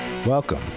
Welcome